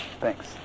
Thanks